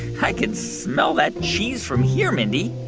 i can smell that cheese from here, mindy